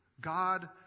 God